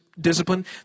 discipline